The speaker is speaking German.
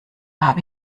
habe